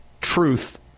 truth